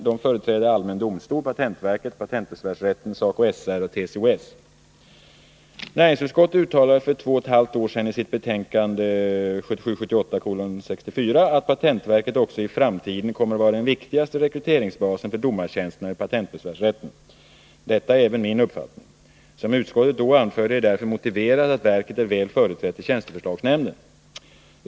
De företräder allmän domstol, patentverket, patentbesvärsrätten, SACO 78:64 att patentverket också i framtiden kommer att vara den viktigaste rekryteringsbasen för domartjänsterna vid patentbesvärsrätten. Detta är även min uppfattning. Som utskottet då anförde är det därför motiverat att verket är väl företrätt i tjänsteförslagsnämnden.